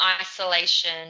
isolation